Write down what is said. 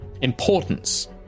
importance